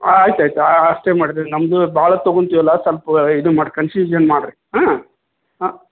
ಹಾಂ ಆಯ್ತು ಆಯ್ತು ಅಷ್ಟೇ ಮಾಡಿದ್ರೆ ನಮಗೂ ಭಾಳ ತೊಗೊಂತೀವಲ್ಲ ಸ್ವಲ್ಪ ಇದು ಮಾಡಿ ಕನ್ಫ್ಯೂಷನ್ ಮಾಡಿರಿ ಹಾಂ ಹಾಂ